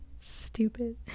stupid